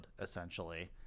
essentially